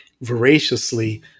voraciously